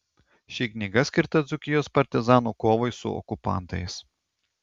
ši knyga skirta dzūkijos partizanų kovai su okupantais